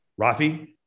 Rafi